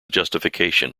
justification